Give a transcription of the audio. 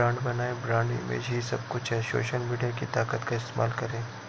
brand बनाएं, brand image ही सब कुछ है, सोशल मीडिया की ताकत का इस्तेमाल करें